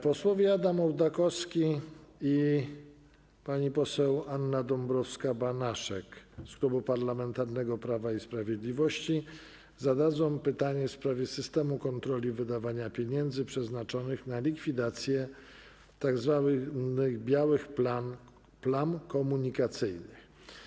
Posłowie Adam Ołdakowski i Anna Dąbrowska-Banaszek z Klubu Parlamentarnego Prawo i Sprawiedliwość zadadzą pytanie w sprawie systemu kontroli wydawania pieniędzy przeznaczonych na likwidację tzw. białych plam komunikacyjnych.